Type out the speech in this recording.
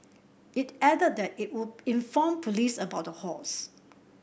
it added that it would inform police about the hoax